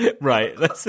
Right